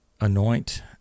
Anoint